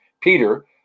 Peter